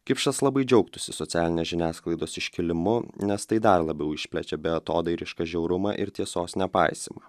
kipšas labai džiaugtųsi socialinės žiniasklaidos iškilimu nes tai dar labiau išplečia beatodairišką žiaurumą ir tiesos nepaisymą